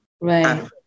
right